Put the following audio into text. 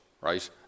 right